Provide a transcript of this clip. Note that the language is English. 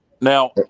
Now